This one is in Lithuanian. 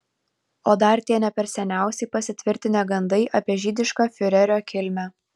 o dar tie ne per seniausiai pasitvirtinę gandai apie žydišką fiurerio kilmę